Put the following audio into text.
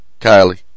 Kylie